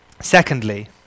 Secondly